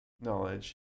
knowledge